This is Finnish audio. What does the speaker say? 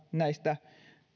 näistä varsinaisista